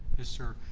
yes, sir.